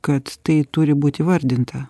kad tai turi būt įvardinta